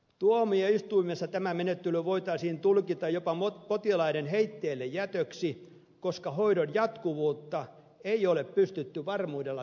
tuomioistuimessa tämä menettely voitaisiin tulkita jopa potilaiden heitteillejätöksi koska hoidon jatkuvuutta ei ole pystytty varmuudella turvaamaan